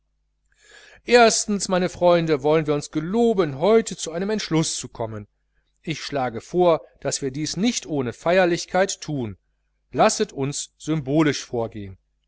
erstens meine freunde wollen wir uns geloben heute zu einem entschluß zu kommen ich schlage vor daß wir dies nicht ohne feierlichkeit thun lasset uns symbolisch vorgehen